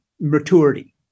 maturity